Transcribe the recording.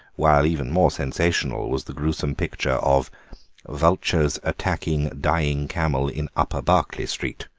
while even more sensational was the gruesome picture of vultures attacking dying camel in upper berkeley street.